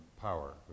power